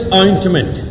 ointment